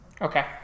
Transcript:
Okay